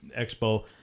expo